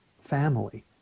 family